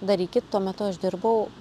darykit tuo metu aš dirbau